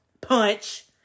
Punch